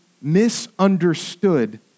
misunderstood